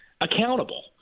accountable